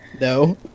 No